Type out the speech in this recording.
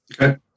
Okay